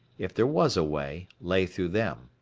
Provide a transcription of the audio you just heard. if there was a way, lay through them.